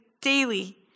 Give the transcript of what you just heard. daily